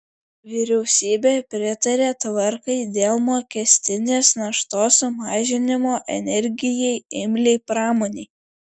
vyriausybė pritarė tvarkai dėl mokestinės naštos sumažinimo energijai imliai pramonei